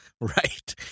Right